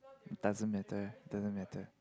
doesn't matter it doesn't matter